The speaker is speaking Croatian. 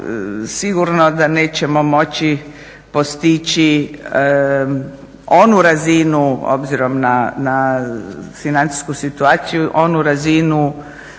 sigurno da nećemo moći postići onu razinu obzirom na financijsku situaciju onu razinu